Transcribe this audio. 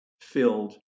filled